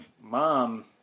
Mom